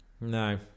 no